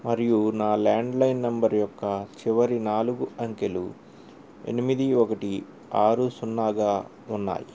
మరియు నా landline number యొక్క చివరి నాలుగు అంకెలు ఎనిమిది ఒకటి ఆరు సున్నాగా ఉన్నాయి